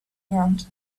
ground